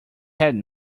had